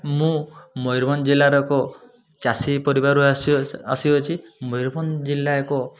ମୁଁ ମୟୂରଭଞ୍ଜ ଜିଲ୍ଲାର ଏକ ଚାଷୀ ପରିବାରରୁ ଆସିଅ ଆସିଅଛି ମୟୂରଭଞ୍ଜ ଜିଲ୍ଲା ଏକ